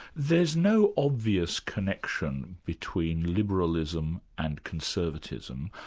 there's no obvious connection between liberalism and conservatism,